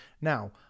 Now